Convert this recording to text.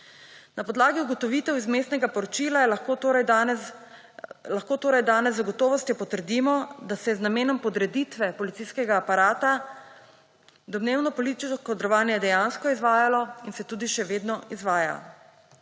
Na podlagi ugotovitev iz Vmesnega poročila lahko torej danes z gotovostjo potrdimo, da se je z namenom podreditve policijskega aparata domnevno politično kadrovanje dejansko izvajalo in se tudi še vedno izvaja.